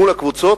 מול הקבוצות,